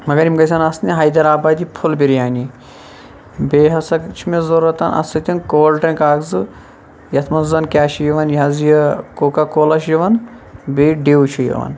مَگَر یِم گَژھَن آسنہِ حیدَرآبادی پھُل بِریانی بییٚہِ ہسا چھِ مےٚ ضوٚرَتھ اتھ سۭتۍ کولڈرنٛک اَکھ زٕ یَتھ مَنٛز زَن کیاہ چھِ یِوان یہِ حظ یہِ کوکا کولا چھُ یِوان بییٚہِ ڈِو چھِ یِوان